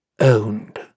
Owned